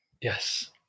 Yes